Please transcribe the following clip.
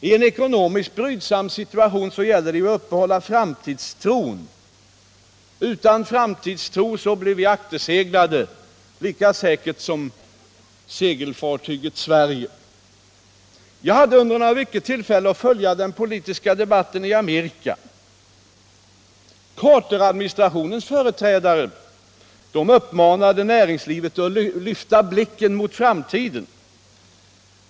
I en ekonomiskt brydsam situation gäller det att uppehålla framtidstron. Utan framtidstro blir vi akterseglade lika säkert som segelbåten Sverige. Jag hade under några veckor tillfälle att följa den politiska debatten i USA. Carteradministrationens företrädare uppmanade näringslivet att lyfta blicken mot framtiden.